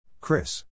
Chris